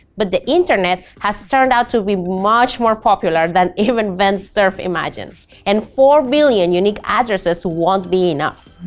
but the internet has turned out to be much more popular than even vint cerf imagined and four billion unique addresses won't be enough.